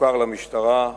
מוכר למשטרה.